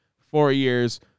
four-years